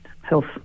health